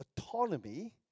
autonomy